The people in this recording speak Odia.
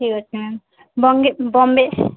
ଠିକ୍ ଅଛି ମ୍ୟାମ୍ ବମ୍ବେ